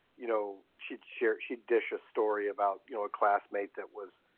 you know, she'd share she'd dish a story about you know a classmate that was,